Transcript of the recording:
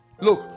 Look